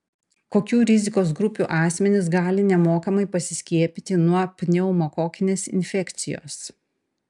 kokių rizikos grupių asmenys gali nemokamai pasiskiepyti nuo pneumokokinės infekcijos